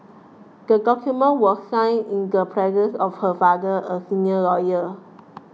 the document was signed in the presence of her father a senior lawyer